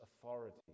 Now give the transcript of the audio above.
authority